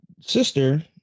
sister